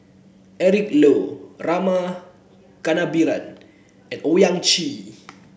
Eric Low Rama Kannabiran and Owyang Chi